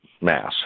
mass